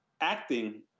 acting